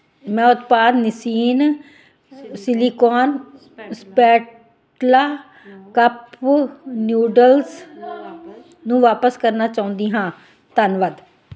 ਮੈਂ ਉਤਪਾਦ ਨਿਸੀਨ ਸਿਲੀਕੋਨ ਸਪੈਟੁਲਾ ਕੱਪ ਨਿਊਡਲਸ ਨੂੰ ਵਾਪਸ ਕਰਨਾ ਚਾਹੁੰਦੀ ਹਾਂ ਧੰਨਵਾਦ